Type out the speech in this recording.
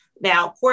Now